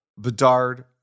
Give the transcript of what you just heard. Bedard